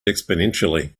exponentially